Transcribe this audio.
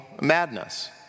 madness